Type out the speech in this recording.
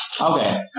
Okay